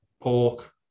pork